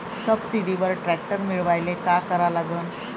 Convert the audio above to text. सबसिडीवर ट्रॅक्टर मिळवायले का करा लागन?